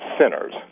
sinners